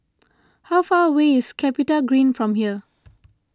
how far away is CapitaGreen from here